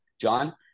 John